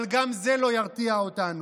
אבל גם זה לא ירתיע אותנו.